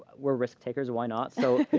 we're risk takers. why not. so